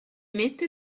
mette